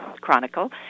chronicle